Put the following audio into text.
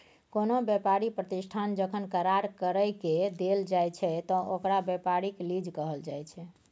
कोनो व्यापारी प्रतिष्ठान जखन करार कइर के देल जाइ छइ त ओकरा व्यापारिक लीज कहल जाइ छइ